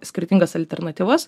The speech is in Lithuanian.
skirtingas alternatyvas